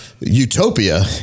utopia